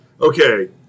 Okay